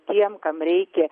tiem kam reikia